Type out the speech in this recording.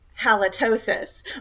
halitosis